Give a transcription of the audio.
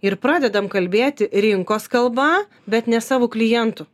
ir pradedam kalbėti rinkos kalba bet ne savo klientų